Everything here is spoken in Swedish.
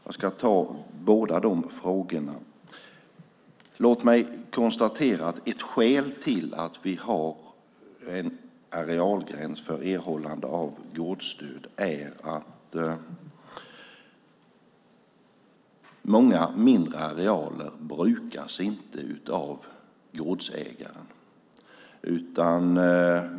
Jag ska ta upp båda frågorna. Låt mig konstatera att ett skäl till att vi har en arealgräns för erhållande av gårdsstöd är att många mindre arealer inte brukas av gårdsägaren.